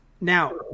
Now